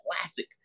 classic